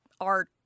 art